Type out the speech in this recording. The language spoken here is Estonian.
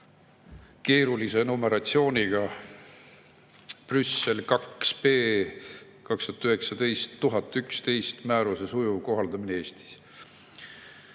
keerulise numbriga Brüssel IIb 2019/1111 määruse sujuv kohaldamine Eestis.